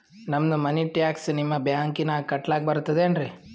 ನಮ್ದು ಮನಿ ಟ್ಯಾಕ್ಸ ನಿಮ್ಮ ಬ್ಯಾಂಕಿನಾಗ ಕಟ್ಲಾಕ ಬರ್ತದೇನ್ರಿ?